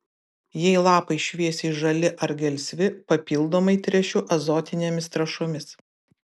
jei lapai šviesiai žali ar gelsvi papildomai tręšiu azotinėmis trąšomis